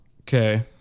Okay